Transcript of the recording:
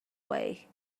way